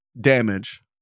damage